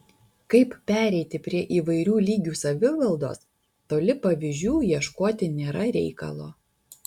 kaip pereiti prie įvairių lygių savivaldos toli pavyzdžių ieškoti nėra reikalo